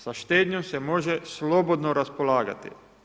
Sa štednjom se može slobodno raspolagati.